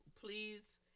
Please